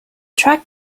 track